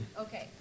Okay